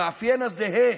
המאפיין הזהה